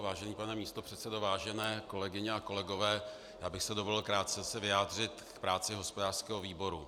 Vážený pane místopředsedo, vážené kolegyně a kolegové, já bych si dovolil krátce se vyjádřit k práci hospodářského výboru.